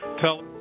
tell